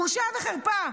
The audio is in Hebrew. בושה וחרפה.